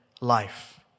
life